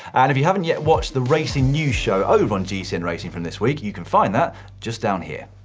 and if you haven't yet watched the racing news show over on gcn racing from this week, you can find that just down here.